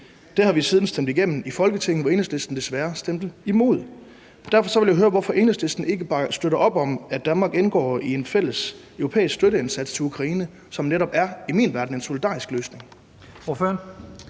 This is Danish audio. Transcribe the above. Det har vi siden stemt igennem i Folketinget, hvor Enhedslisten desværre stemte imod. Derfor vil jeg høre, hvorfor Enhedslisten ikke støtter op om, at Danmark indgår i en fælles europæisk støtteindsats til Ukraine, som i min verden netop er en solidarisk løsning.